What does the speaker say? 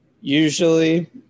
usually